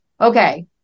okay